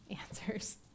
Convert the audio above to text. answers